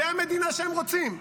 זו המדינה שהם רוצים.